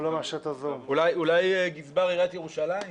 אולי גזבר עיריית ירושלים.